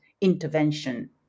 intervention